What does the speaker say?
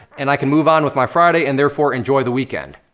and i can move on with my friday, and therefore, enjoy the weekend.